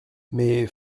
mais